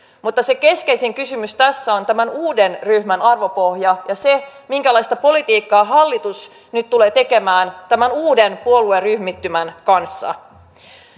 mutta keskeisin kysymys tässä on tämän uuden ryhmän arvopohja ja se minkälaista politiikkaa hallitus nyt tulee tekemään tämän uuden puolueryhmittymän kanssa